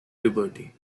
puberty